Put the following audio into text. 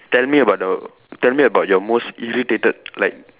tell me about the tell me about your most irritated like